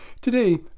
Today